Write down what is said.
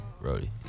Roddy